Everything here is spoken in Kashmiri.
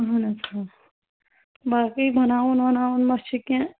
اَہن حٲز آ باقٕے بَناوُن وَناوُن ما چھُ کیٚنٛہہ